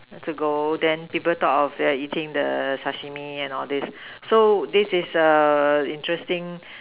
to go then people thought of eating the Sashimi and all these so this is the interesting